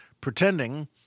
pretending